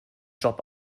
job